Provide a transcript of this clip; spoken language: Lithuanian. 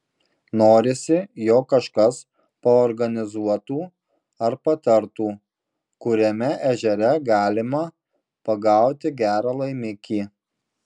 norisi jog kažkas paorganizuotų ar patartų kuriame ežere galima pagauti gerą laimikį